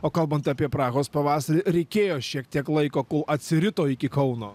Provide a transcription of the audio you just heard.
o kalbant apie prahos pavasarį reikėjo šiek tiek laiko kol atsirito iki kauno